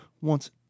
wants